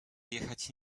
jechać